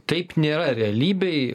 taip nėra realybėj